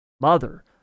mother